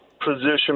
position